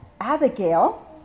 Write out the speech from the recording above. Abigail